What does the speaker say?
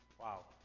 Wow